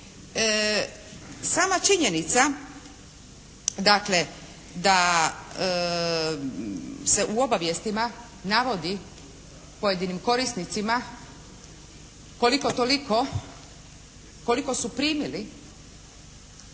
Sama činjenica dakle da se u obavijestima navodi pojedinim korisnicima koliko toliko